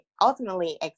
Ultimately